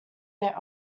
their